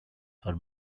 are